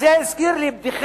אז, זה הזכיר לי בדיחה.